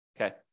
Okay